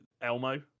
Elmo